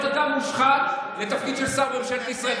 למנות אדם מושחת לתפקיד של שר בממשלת ישראל.